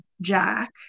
Jack